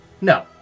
no